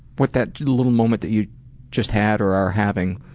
what that little moment that you just had or are having,